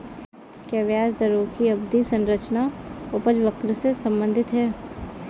क्या ब्याज दरों की अवधि संरचना उपज वक्र से संबंधित है?